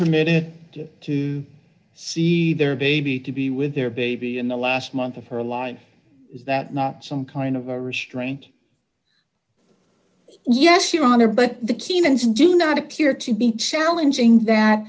permitted to see their baby to be with their baby in the last month of her line is that not some kind of a restraint yes your honor but the kenyans do not appear to be challenging that